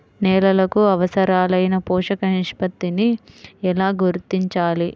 నేలలకు అవసరాలైన పోషక నిష్పత్తిని ఎలా గుర్తించాలి?